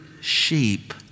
sheep